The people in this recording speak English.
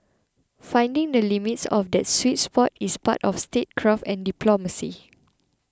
finding the limits of that sweet spot is part of statecraft and diplomacy